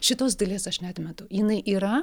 šitos dalies aš neatmetu jinai yra